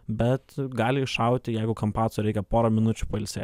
bet gali iššauti jeigu kampaco reikia porą minučių pailsėt